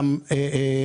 איגוד קטן,